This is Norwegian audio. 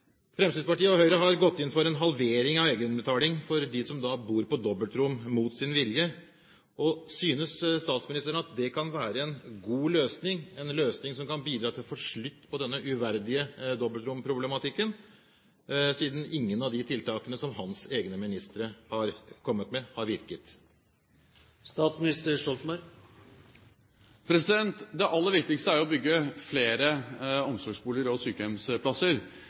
Fremskrittspartiet og Høyre har gått inn for en halvering av egenbetalingen for dem som bor på dobbeltrom mot sin vilje. Synes statsministeren at det kan være en god løsning, en løsning som kan bidra til å få slutt på denne uverdige dobbeltromsproblematikken, siden ingen av de tiltakene som hans egne ministre har kommet med, har virket? Det aller viktigste er å bygge flere omsorgsboliger og sykehjemsplasser,